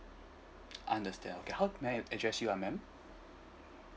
understand okay how may I address you ah madam